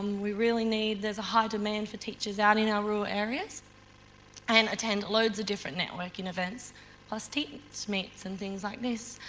we really need, there's a high demand for teachers out in our rural areas and attend loads of different networking events plus teachmeets and things like this.